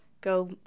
go